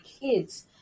kids